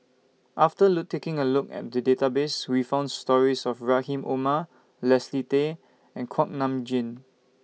after taking A Look At The Database We found stories of Rahim Omar Leslie Tay and Kuak Nam Jin